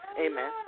amen